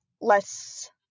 less